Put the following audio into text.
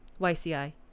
YCI